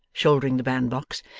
shouldering the bandbox,